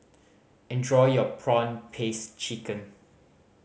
enjoy your prawn paste chicken